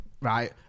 Right